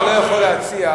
אתה לא יכול להציע.